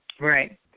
Right